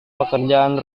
pekerjaan